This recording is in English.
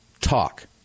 talk